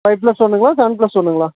five plus ஒன்றுங்களா seven plus ஒன்றுங்களா